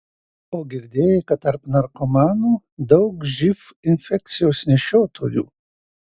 o girdėjai kad tarp narkomanų daug živ infekcijos nešiotojų